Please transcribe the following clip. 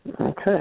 Okay